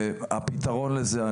הפתרון לזה,